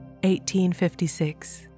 1856